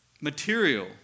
material